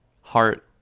Heart